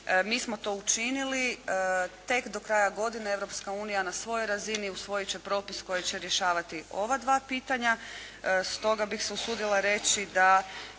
Mi smo to učinili. Tek do kraja godine Europska unija na svojoj razini usvojit će propis koji će rješavati ova dva pitanja.